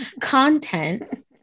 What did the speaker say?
content